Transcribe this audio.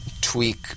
tweak